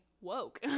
woke